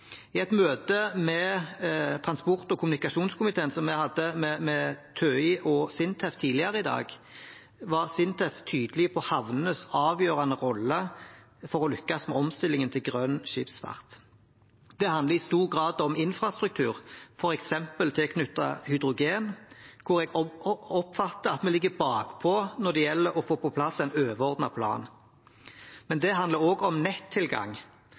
I et møte som transport- og kommunikasjonskomiteen hadde med TØI og SINTEF tidligere i dag, var SINTEF tydelig på havnenes avgjørende rolle for å lykkes med omstillingen til grønn skipsfart. Det handler i stor grad om infrastruktur, f.eks. tilknyttet hydrogen, hvor jeg oppfatter at vi ligger bakpå når det gjelder å få på plass en overordnet plan. Men det handler også om nettilgang,